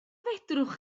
fedrwch